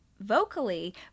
vocally